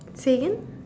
say again